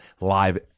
live